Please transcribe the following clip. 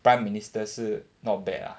prime minister 是 not bad lah